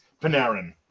Panarin